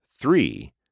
three